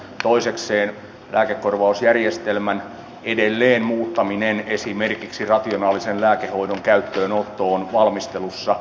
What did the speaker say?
toisekseen lääkekorvausjärjestelmän muuttaminen edelleen esimerkiksi rationaalisen lääkehoidon käyttöönotto on valmistelussa